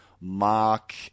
mock